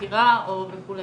מחקירה וכו'.